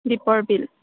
দীপৰ বিল